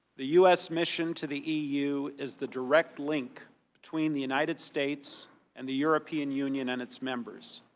the u s. mission to the eu is the direct link between the united states and the european union, and its members.